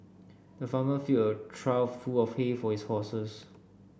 the farmer filled a trough full of hay for his horses